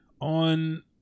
on